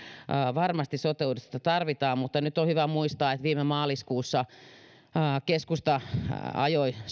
varmasti sote uudistusta tarvitaan mutta nyt on hyvä muistaa että viime maaliskuussa keskusta ajoi soten